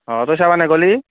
অ' তই চাব নগ'লি